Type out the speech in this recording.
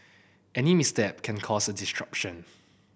any misstep can cause a disruption